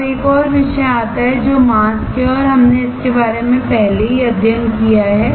अब एक और विषय आता है जो मास्क है और हमने इसके बारे में पहले ही अध्ययन किया है